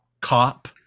Cop